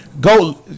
go